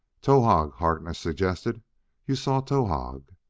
towahg, harkness suggested you saw towahg!